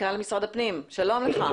מנכ"ל משרד הפנים, שלום לך.